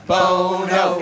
Bono